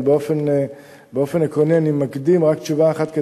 אבל באופן עקרוני אני מקדים רק תשובה אחת,